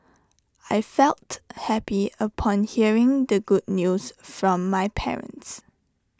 I felt happy upon hearing the good news from my parents